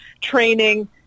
training